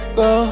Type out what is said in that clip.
go